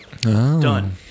Done